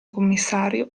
commissario